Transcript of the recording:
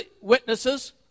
witnesses